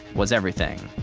was everything.